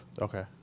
Okay